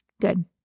good